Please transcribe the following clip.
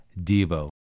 Devo